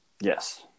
Yes